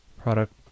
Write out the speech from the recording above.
product